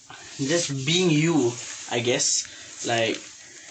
just being you I guess like